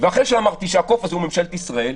ואחרי שאמרתי שהקוף הזה הוא ממשלת ישראל,